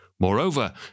Moreover